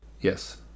Yes